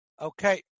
Okay